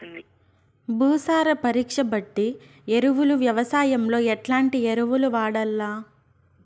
భూసార పరీక్ష బట్టి ఎరువులు వ్యవసాయంలో ఎట్లాంటి ఎరువులు వాడల్ల?